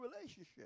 relationship